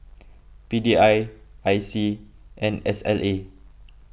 P D I I C and S L A